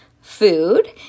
food